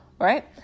right